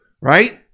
right